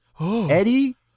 Eddie